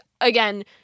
again